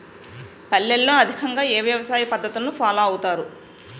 పల్లెల్లో అధికంగా ఏ వ్యవసాయ పద్ధతులను ఫాలో అవతారు?